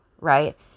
right